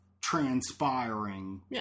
transpiring